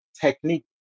technique